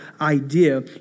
idea